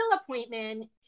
appointment